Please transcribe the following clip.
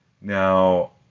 now